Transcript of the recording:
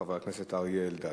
חבר הכנסת אריה אלדד.